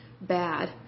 bad